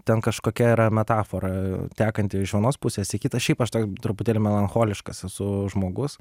ten kažkokia yra metafora tekanti iš vienos pusės į kitą šiaip aš to truputėlį melancholiškas esu žmogus